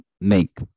make